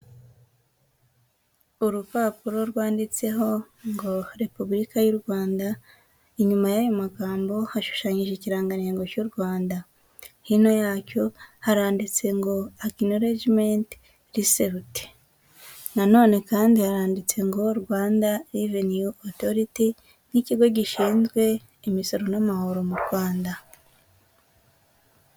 Urupapuro rwanditseho ngo repubulika y'u Rwanda, inyuma y'ayo magambo hashushanyije ikirangantego cy'u Rwanda. Hino yacyo haranditse ngo agenoregimenti recebuti. Nanone kandi haranditse ngo Rwanda reveniyuotoriti nk'ikigo gishinzwe imisoro n'amahoro mu Rwanda.